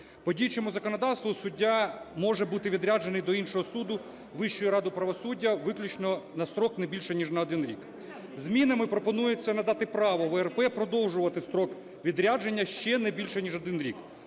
По діючому законодавчу суддя може бути відряджений до іншого суду Вищої ради правосуддя виключно на строк не більше ніж на один рік. Змінами пропонується надати право ВРП продовжувати строк відрядження ще не більше ніж один рік.